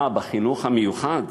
אה, בחינוך המיוחד?